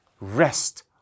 rest